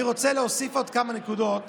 אני רוצה להוסיף עוד כמה נקודות